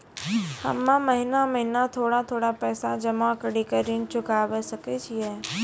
हम्मे महीना महीना थोड़ा थोड़ा पैसा जमा कड़ी के ऋण चुकाबै सकय छियै?